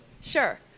Sure